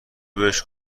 بهش